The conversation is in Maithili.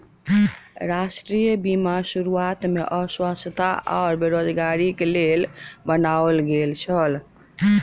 राष्ट्रीय बीमा शुरुआत में अस्वस्थता आ बेरोज़गारीक लेल बनायल गेल छल